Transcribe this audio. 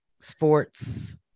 sports